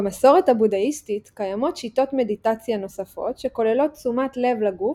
במסורת הבודהיסטית קיימות שיטות מדיטציה נוספות שכוללות תשומת לב לגוף,